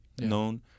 known